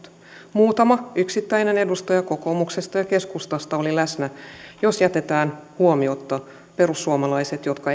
muutama yksittäinen edustaja kokoomuksesta ja keskustasta oli läsnä jos jätetään huomiotta perussuomalaiset jotka